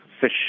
fish